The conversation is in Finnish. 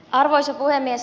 arvoisa puhemies